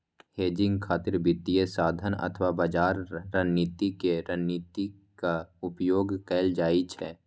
hedging खातिर वित्तीय साधन अथवा बाजार रणनीति के रणनीतिक उपयोग कैल जाइ छै